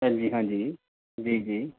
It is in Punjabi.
ਹਾਂਜੀ ਹਾਂਜੀ ਜੀ ਜੀ